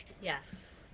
Yes